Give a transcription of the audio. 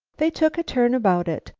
they took a turn about it.